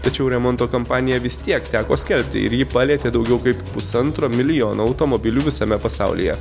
tačiau remonto kampaniją vis tiek teko skelbti ir ji palietė daugiau kaip pusantro milijono automobilių visame pasaulyje